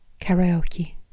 Karaoke